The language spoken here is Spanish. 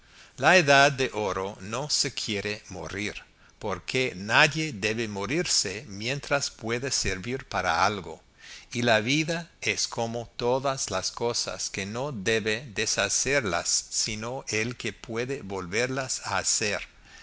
la edad de oro no se quiere morir porque nadie debe morirse mientras pueda servir para algo y la vida es como todas las cosas que no debe deshacerlas sino el que puede volverlas a hacer